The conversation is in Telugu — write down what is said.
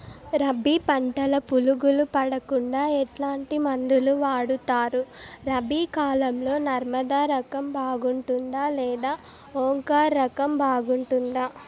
రబి పంటల పులుగులు పడకుండా ఎట్లాంటి మందులు వాడుతారు? రబీ కాలం లో నర్మదా రకం బాగుంటుందా లేదా ఓంకార్ రకం బాగుంటుందా?